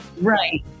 Right